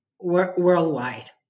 worldwide